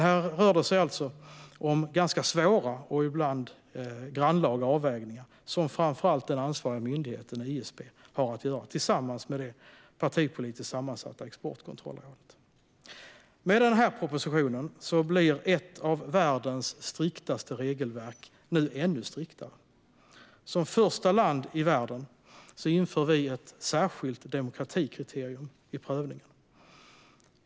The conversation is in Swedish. Här rör det sig alltså om ganska svåra och ibland grannlaga avvägningar som framför allt den ansvariga myndigheten ISP har att göra tillsammans med det partipolitiskt sammansatta Exportkontrollrådet. Med den här propositionen blir ett av världens striktaste regelverk nu ännu striktare. Som första land i världen inför vi ett särskilt demokratikriterium i prövningen.